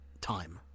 time